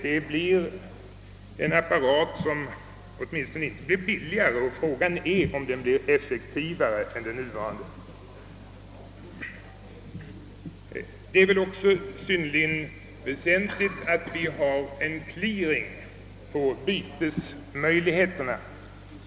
Det blir en apparat som åtminstone inte är billigare, och frågan är om den blir effektivare än den nuvarande. Det är också synnerligen väsentligt att det finns clearing med avseende på bytesmöjligheterna.